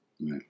Right